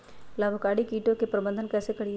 लाभकारी कीटों के प्रबंधन कैसे करीये?